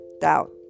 doubt